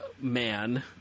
man